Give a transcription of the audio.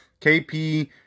KP